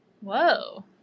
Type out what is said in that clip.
Whoa